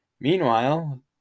Meanwhile